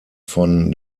von